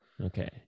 Okay